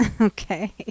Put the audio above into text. Okay